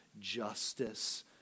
justice